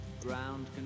Ground